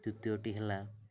ଦ୍ଵିତୀୟଟି ହେଲା